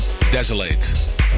Desolate